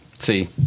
See